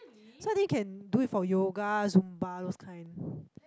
so they can do it for yoga zumba those kind